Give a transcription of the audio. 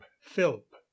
Philp